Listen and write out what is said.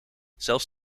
zelfs